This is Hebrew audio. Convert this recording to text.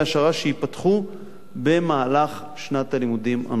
שייפתחו במהלך שנת הלימודים הנוכחית,